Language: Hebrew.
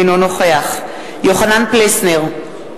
אינו נוכח יוחנן פלסנר,